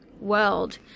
world